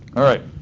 all right,